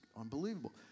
unbelievable